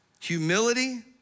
Humility